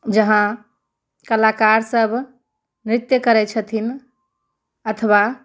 जहाँ कलाकार सभ नृत्य करैत छथिन अथवा